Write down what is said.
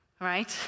right